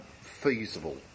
Feasible